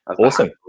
Awesome